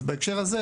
בהקשר זה,